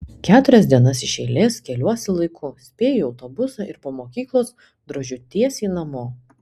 keturias dienas iš eilės keliuosi laiku spėju į autobusą ir po mokyklos drožiu tiesiai namo